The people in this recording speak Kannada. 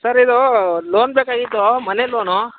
ಸರ್ ಇದು ಲೋನ್ ಬೇಕಾಗಿತ್ತು ಮನೆ ಲೋನು